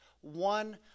one